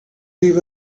leave